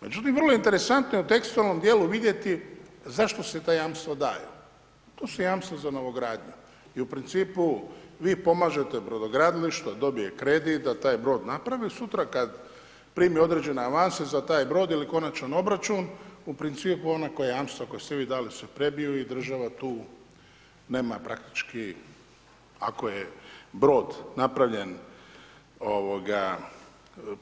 Međutim, vrlo interesantno je u tekstualnom dijelu vidjeti zašto se ta jamstva daju, to su jamstva za novogradnju i u principu vi pomažete brodogradilištu da dobije kredit, da taj brod naprave, sutra kad prime određene avanse za taj brod ili konačan obračun, u principu ona jamstva koja ste vi dali se prebiju i država tu nema praktički, ako je brod napravljen,